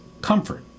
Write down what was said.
comfort